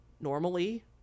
normally